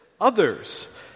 others